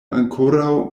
ankoraŭ